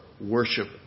worship